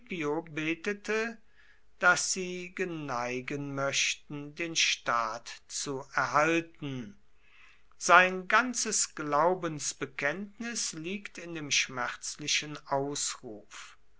scipio betete daß sie geneigen möchten den staat zu erhalten sein ganzes glaubensbekenntnis liegt in dem schmerzlichen ausruf